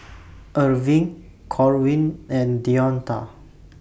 Erving Corwin and Deonta